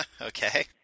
Okay